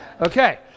Okay